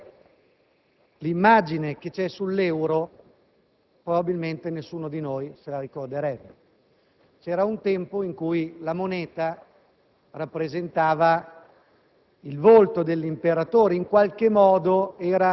se chiedessimo qual è l'immagine che c'è sull'euro probabilmente nessuno di noi se la ricorderebbe. C'era un tempo in cui la moneta rappresentava